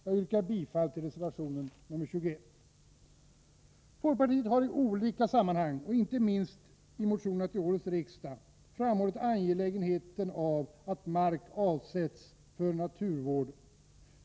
Jag yrkar bifall till reservation nr 21. Folkpartiet har i olika sammanhang, inte minst i motioner till årets riksdag, framhållit hur angeläget det är att mer mark avsätts för naturvården.